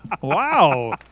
Wow